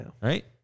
Right